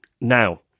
Now